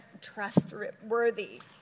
trustworthy